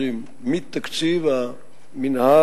כל אלה ללא תקציבים למערכות ביוב,